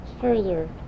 further